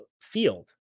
field